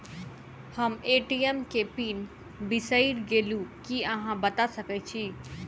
हम ए.टी.एम केँ पिन बिसईर गेलू की अहाँ बता सकैत छी?